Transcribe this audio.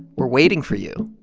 we're waiting for you.